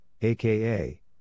aka